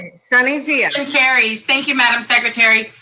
sunny zia. and carries, thank you madam secretary.